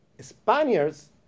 Spaniards